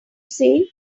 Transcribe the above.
say